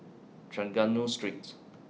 Trengganu Streets